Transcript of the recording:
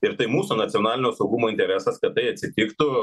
ir tai mūsų nacionalinio saugumo interesas kad tai atsitiktų